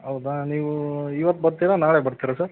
ಹೌದಾ ನೀವು ಇವತ್ತು ಬರ್ತೀರಾ ನಾಳೆ ಬರ್ತೀರಾ ಸರ್